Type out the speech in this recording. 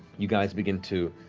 you guys begin to,